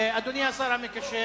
אדוני השר המקשר